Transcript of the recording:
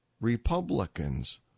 Republicans